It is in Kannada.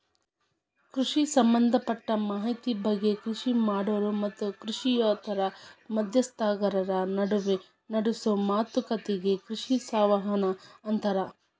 ಕೃಷಿ ಸಂಭದಪಟ್ಟ ಮಾಹಿತಿ ಬಗ್ಗೆ ಕೃಷಿ ಮಾಡೋರು ಮತ್ತು ಕೃಷಿಯೇತರ ಮಧ್ಯಸ್ಥಗಾರರ ನಡುವ ನಡೆಸೋ ಮಾತುಕತಿಗೆ ಕೃಷಿ ಸಂವಹನ ಅಂತಾರ